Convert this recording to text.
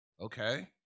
Okay